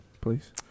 please